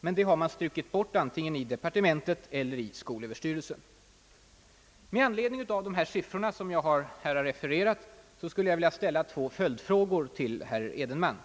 Men det har man strukit bort antingen i departementet eller i skolöverstyrelsen. Med anledning av de siffror som jag här refererat skulle jag vilja ställa två följdfrågor till herr Edenman.